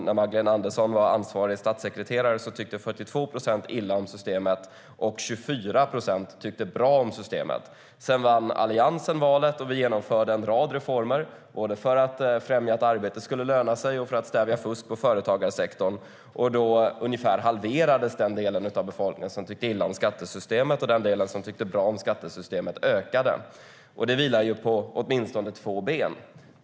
När Magdalena Andersson var ansvarig statssekreterare tyckte alltså 42 procent illa om systemet, och 24 procent tyckte bra om systemet. Sedan vann Alliansen valet, och vi genomförde en rad reformer både för att främja att arbete skulle löna sig och för att stävja fusk i företagarsektorn. Då ungefär halverades den del av befolkningen som tyckte illa om skattesystemet. Den del som tyckte bra om skattesystemet ökade. Detta vilar på åtminstone två ben.